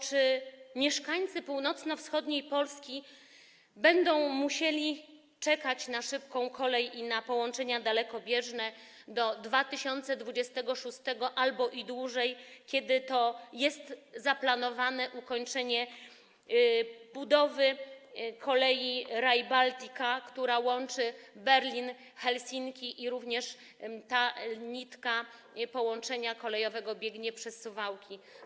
Czy mieszkańcy północno-wschodniej Polski będą musieli czekać na szybką kolej i na połączenia dalekobieżne do 2026 r. albo i dłużej, kiedy to jest zaplanowane ukończenie budowy Rail Baltica, która połączy Berlin i Helsinki, a której nitka połączenia kolejowego biegnie przez Suwałki?